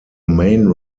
main